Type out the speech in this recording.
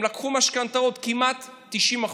הם לקחו משכנתאות של כמעט 90%,